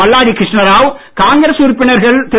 மல்லாடி கிருஷ்ணாராவ் காங்கிரஸ் உறுப்பினர்கள் திரு